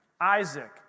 Isaac